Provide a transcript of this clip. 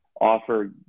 offer